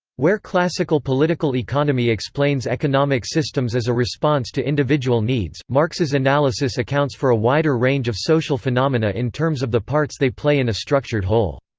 where classical political economy explains economic systems as a response to individual needs, marx's analysis accounts for a wider range of social phenomena in terms of the parts they play in a structured whole.